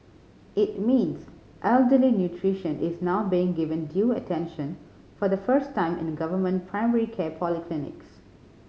it means elderly nutrition is now being given due attention for the first time in a government primary care polyclinics